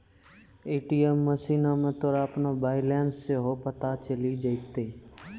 ATM मशीनो मे तोरा अपनो बैलेंस सेहो पता चलि जैतै